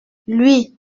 lui